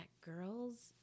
girls